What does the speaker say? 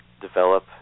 develop